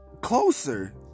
closer